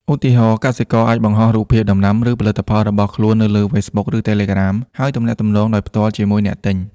ឧទាហរណ៍ កសិករអាចបង្ហោះរូបភាពដំណាំ ឬផលិតផលរបស់ខ្លួននៅលើ Facebook ឬ Telegram ហើយទំនាក់ទំនងដោយផ្ទាល់ជាមួយអ្នកទិញ។